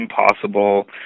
impossible